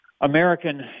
american